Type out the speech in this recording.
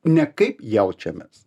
nekaip jaučiamės